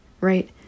right